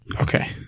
Okay